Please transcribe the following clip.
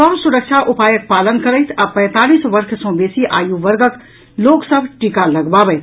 सभ सुरक्षा उपायक पालन करथि आ पैंतालीस वर्ष सॅ बेसी आयु वर्गक लोक सभ टीका लगबावथि